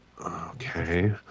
Okay